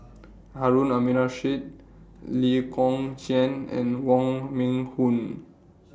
Harun Aminurrashid Lee Kong Chian and Wong Meng Voon